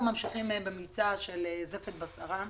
אנחנו ממשיכים במבצע של "זפת בסערה"